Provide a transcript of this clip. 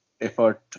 effort